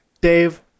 Dave